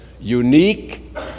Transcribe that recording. Unique